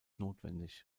notwendig